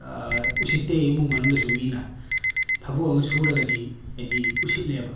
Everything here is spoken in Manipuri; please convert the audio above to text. ꯎꯁꯤꯠꯇꯦ ꯏꯃꯨꯡ ꯃꯅꯨꯡꯗꯁꯨ ꯃꯤꯅ ꯊꯕꯛ ꯑꯃ ꯁꯨꯔꯒꯗꯤ ꯍꯥꯏꯕꯗꯤ ꯎꯁꯤꯠꯂꯦꯕ